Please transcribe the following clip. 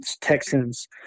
Texans